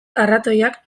arratoiak